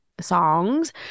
songs